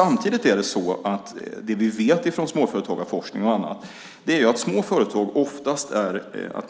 Att